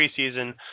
preseason